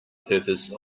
purpose